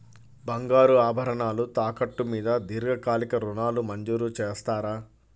బంగారు ఆభరణాలు తాకట్టు మీద దీర్ఘకాలిక ఋణాలు మంజూరు చేస్తారా?